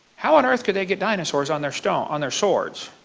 how on earth can they get dinosaurs on their so on their swords